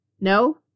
No